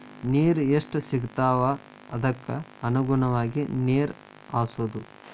ನೇರ ಎಷ್ಟ ಸಿಗತಾವ ಅದಕ್ಕ ಅನುಗುಣವಾಗಿ ನೇರ ಹಾಸುದು